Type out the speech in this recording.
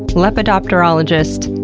lepidopterologist,